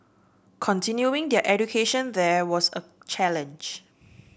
continuing their education there was a challenge